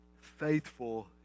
faithful